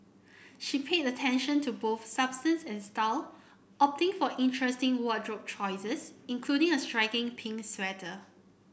she paid attention to both substance and style opting for interesting wardrobe choices including a striking pink sweater